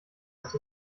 ist